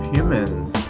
Humans